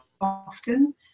often